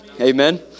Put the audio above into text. Amen